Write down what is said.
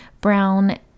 brown